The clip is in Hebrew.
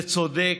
זה צודק,